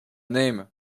name